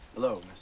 hello,